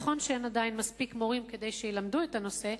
נכון שאין עדיין מספיק מורים שילמדו את הנושא,